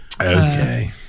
Okay